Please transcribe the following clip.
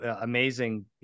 amazing